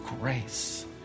grace